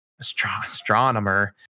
astronomer